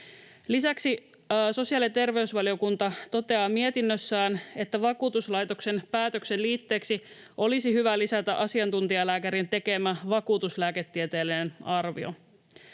Lisäksi sosiaali- ja terveysvaliokunta toteaa mietinnössään, että vakuutuslaitoksen päätöksen liitteeksi olisi hyvä lisätä asiantuntijalääkärin tekemä vakuutuslääketieteellinen arvio.